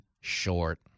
short